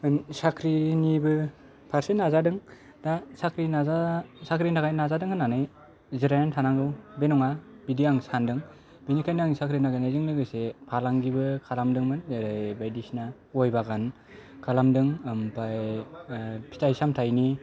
साख्रिनिबो फारसे नाजादों दा साख्रि नाजा साक्रिनि थाखाय नाजादों होननानै जिरायनानै थानांगौ बे नङा बिदि आं सानदों बिनिखायनो आं साख्रि नागिरनायजों लोगोसे फालांगिबो खालामदोंमोन बायदिसिना गय बागान खालामदों ओमफाय फिथाइ सामथाइनि